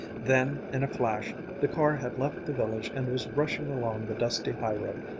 then in a flash the car had left the village and was rushing along the dusty highroad,